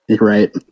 Right